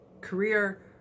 Career